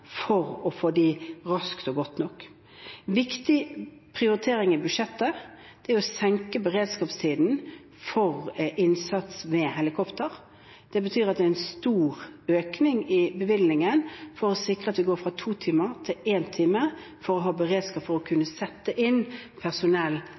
for å få dem raske og gode nok. En viktig prioritering i budsjettet er å senke beredskapstiden for innsats med helikopter. Det betyr at det er en stor økning i bevilgningen for å sikre at vi går fra to timer til én time, for å ha beredskap til å kunne sette inn personell